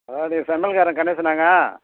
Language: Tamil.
ஹலோ நீங்கள் சமையல் காரன் கணேசனாங்க